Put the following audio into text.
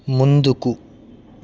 ముందుకు